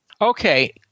Okay